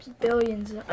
Billions